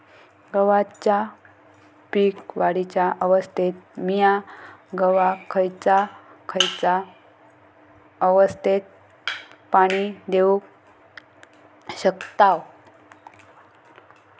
गव्हाच्या पीक वाढीच्या अवस्थेत मिया गव्हाक खैयचा खैयचा अवस्थेत पाणी देउक शकताव?